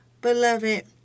Beloved